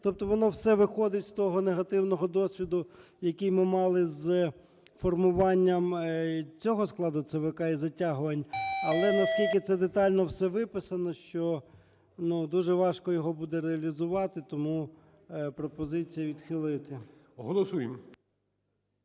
Тобто воно все виходить з того негативного досвіду, який ми мали з формуванням цього складу ЦВК і затягувань, але наскільки це детально все виписано, що дуже важко буде його реалізувати. Тому пропозиція відхилити. ГОЛОВУЮЧИЙ.